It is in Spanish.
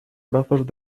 brazos